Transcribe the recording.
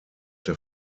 der